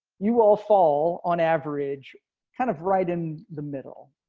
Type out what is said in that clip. you all fall on average kind of right in the middle.